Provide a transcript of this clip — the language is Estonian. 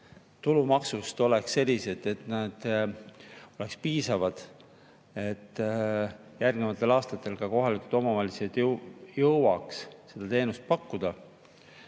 tulumaksust oleks sellised, et nad oleks piisavad, et ka järgnevatel aastatel kohalikud omavalitsused jõuaks seda teenust pakkuda,